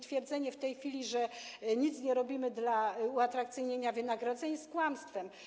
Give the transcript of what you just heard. Twierdzenie w tej chwili, że nic nie robimy dla uatrakcyjnienia wynagrodzeń, jest kłamstwem.